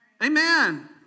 Amen